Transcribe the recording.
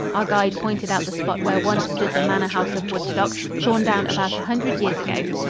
our guide pointed out the spot where once stood the manor-house of woodstock, torn down about a hundred years ago.